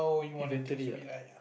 eventually ah